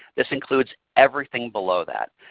this includes everything below that.